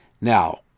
Now